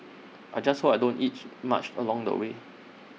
I just hope I don't each much along the way